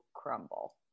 crumble